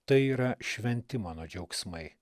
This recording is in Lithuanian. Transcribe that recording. tai yra šventi mano džiaugsmai